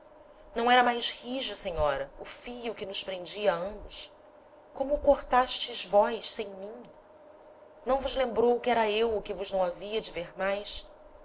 não era mais rijo senhora o fio que nos prendia a ambos como o cortastes vós sem mim não vos lembrou que era eu o que vos não havia de ver mais